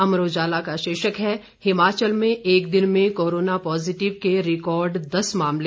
अमर उजाला का शीर्षक है हिमाचल में एक दिन में कोरोना पॉजिटिव के रिकॉर्ड दस मामले